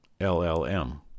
LLM